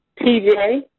TJ